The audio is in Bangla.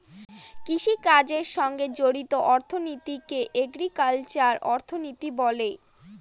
কৃষিকাজের সঙ্গে জড়িত অর্থনীতিকে এগ্রিকালচারাল অর্থনীতি বলে